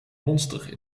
monster